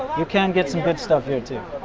you can get some good stuff here, too